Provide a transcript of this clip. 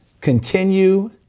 Continue